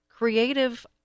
creative